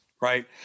right